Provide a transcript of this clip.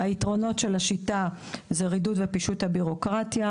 היתרונות של השיטה הם רידוד ופישוט הבירוקרטיה,